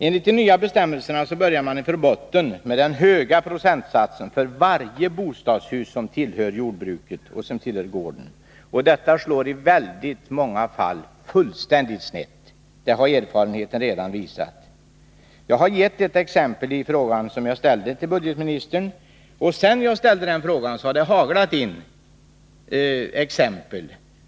Enligt de nya bestämmelserna börjar man från botten, med den höga procentsatsen för varje bostadshus som tillhör jordbruket eller gården. Detta slår i väldigt många fall fullständigt fel — det har erfarenheten redan visat. Jag har gett ett exempel på det i min fråga till budgetministern. Sedan jag framställde den har ytterligare exempel haglat över mig.